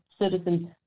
citizens